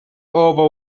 over